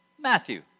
Matthew